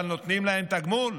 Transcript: אבל נותנים להם תגמול?